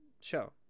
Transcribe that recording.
show